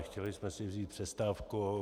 Chtěli jsme si vzít přestávku.